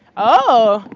oh!